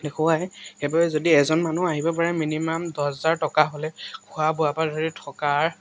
দেখুৱায় সেইবাবে যদি এজন মানুহ আহিব পাৰে মিনিমাম দছ হাজাৰ টকা হ'লে খোৱা বোৱাৰ পৰা ধৰি থকাৰ